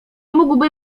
mógłby